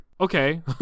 okay